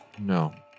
No